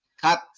cut